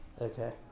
Okay